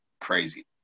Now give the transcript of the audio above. crazy